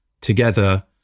together